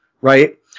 right